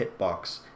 hitbox